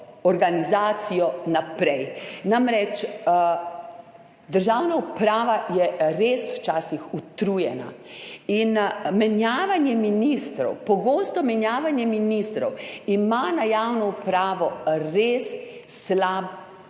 organizacijo naprej. Namreč, državna uprava je res včasih utrujena in menjavanje ministrov, pogosto menjavanje ministrov ima na javno upravo res slab,